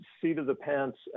seat-of-the-pants